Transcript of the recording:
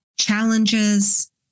challenges